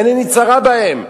אין עיני צרה בהם.